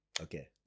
Okay